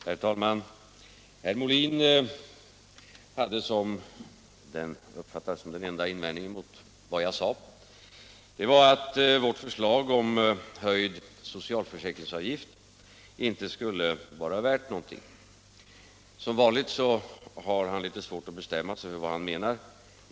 Herr talman! Herr Molin hade — jag uppfattade det så - som enda invändning mot vad jag sade att vårt förslag om höjd socialförsäkringsavgift inte skulle vara värt någonting. Som vanligt har herr Molin litet svårt att bestämma sig för vad han menar.